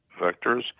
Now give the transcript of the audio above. vectors